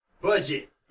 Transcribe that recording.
budget